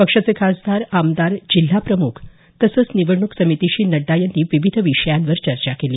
पक्षाचे खासदार आमदार जिल्हाप्रमुख तसंच निवडणूक समितीशी नड्डा यांनी विविध विषयांवर चर्चा केली